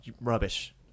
Rubbish